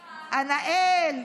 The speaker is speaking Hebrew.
ענהאל.